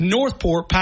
Northport